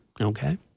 okay